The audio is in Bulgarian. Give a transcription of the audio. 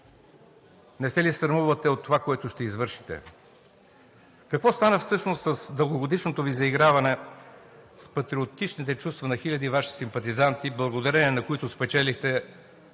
не се ли срамувате от това, което ще извършите? Какво стана всъщност с дългогодишното Ви заиграване с патриотичните чувства на хиляди Ваши симпатизанти, благодарение на които спечелихте